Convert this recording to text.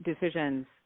decisions